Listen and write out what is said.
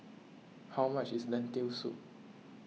how much is Lentil Soup